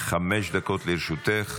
חמש דקות לרשותך.